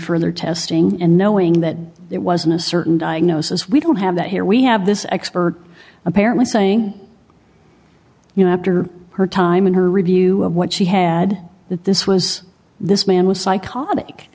further testing and knowing that it was in a certain diagnosis we don't have that here we have this expert apparently saying you know after her time in her review of what she had that this was this man was psychotic